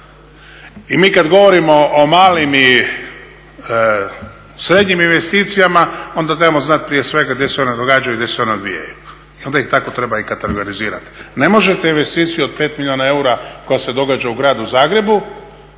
I mi kada govorimo o malim i srednjim investicijama onda trebamo znati prije svega gdje se one događaju i gdje se one odvijaju i onda ih tako treba i kategorizirati. Ne možete investiciju od 5 milijuna eura koja se događa u gradu Zagrebu